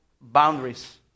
boundaries